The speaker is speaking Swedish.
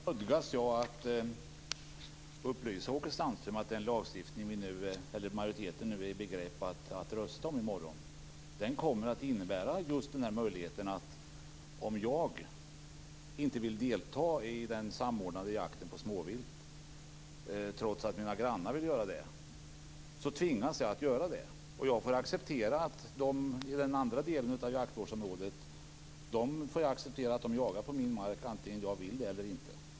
Fru talman! Då nödgas jag att upplysa Åke Sandström om att den lagstiftning som majoriteten står i begrepp att rösta om i morgon kommer att innebära denna möjlighet: om jag inte vill delta i den samordnade jakten på småvilt trots att mina grannar vill göra det, så tvingas jag att göra det. Och jag får acceptera att de i den andra delen av jaktvårdsområdet jagar på min mark, antingen jag vill det eller inte.